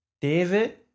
David